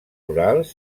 rurals